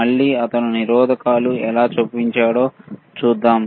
మళ్ళీ అతను నిరోధకాలు ఎలా చొప్పించాడో చూద్దాం